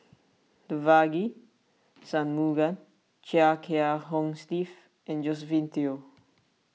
Devagi Sanmugam Chia Kiah Hong Steve and Josephine Teo